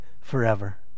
forever